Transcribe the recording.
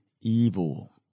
evil